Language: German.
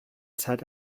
zeit